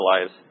lives